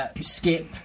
Skip